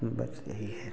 बस यही है